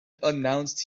announced